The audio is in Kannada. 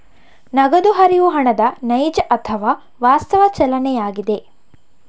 ನಗದು ಹರಿವು ಹಣದ ನೈಜ ಅಥವಾ ವಾಸ್ತವ ಚಲನೆಯಾಗಿದೆ